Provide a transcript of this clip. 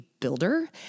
builder